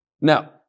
Now